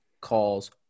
calls